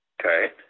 Okay